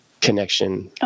connection